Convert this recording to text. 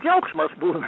džiaugsmas būna